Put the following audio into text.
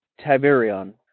Tiberion